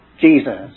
Jesus